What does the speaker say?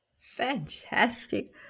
Fantastic